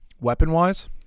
Weapon-wise